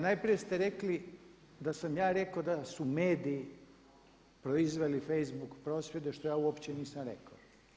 Najprije ste rekli da sam ja rekao da su mediji proizveli facebook prosvjede što ja uopće nisam rekao.